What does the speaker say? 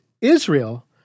Israel